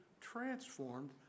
transformed